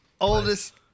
Oldest